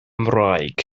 ngwraig